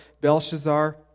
Belshazzar